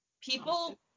People